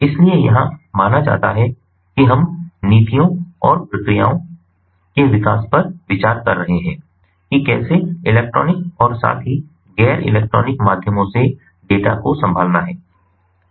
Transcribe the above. इसलिए यहां माना जाता है कि हम नीतियों और प्रक्रियाओं के विकास पर विचार कर रहे हैं कि कैसे इलेक्ट्रॉनिक और साथ ही गैर इलेक्ट्रॉनिक माध्यमों से डेटा को संभालना है